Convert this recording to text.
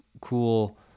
cool